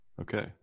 Okay